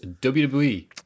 WWE